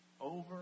over